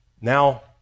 Now